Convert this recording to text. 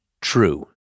true